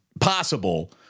possible